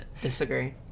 Disagree